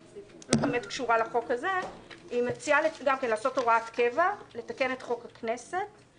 היא מציעה לתקן את חוק הכנסת בהוראת קבע.